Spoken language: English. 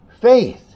faith